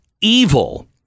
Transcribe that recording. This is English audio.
evil